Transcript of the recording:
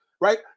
Right